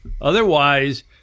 otherwise